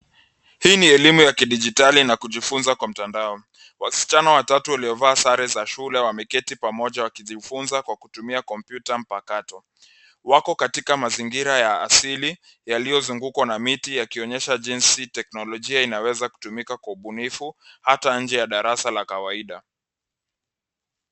Hii ni elimu ya kidijitali na kujifuza kwa mtandao. Wasichana watatu waliovaa sare za shule, wameketi pamoja wakijifuza kwa kutumia kompyuta mpakato. Wako katika mazingira ya asili yaliyozungukwa na miti yakionyesha jinsi teknolojia inaweza kutumika kwa ubunifu ata nje la darasa la kawaida.